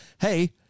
hey